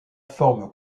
forme